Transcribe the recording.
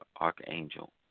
archangel